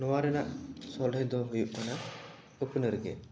ᱱᱚᱣᱟ ᱨᱮᱱᱟᱜ ᱥᱚᱞᱦᱮ ᱫᱚ ᱦᱩᱭᱩᱜ ᱠᱟᱱᱟ ᱟᱯᱱᱟᱹᱨ ᱜᱮ